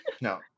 no